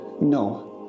No